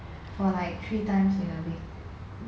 for like three times in a week